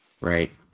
Right